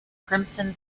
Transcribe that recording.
crimson